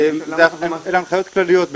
אלה הנחיות כלליות,